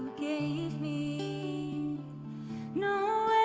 gave me no